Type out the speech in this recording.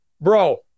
bro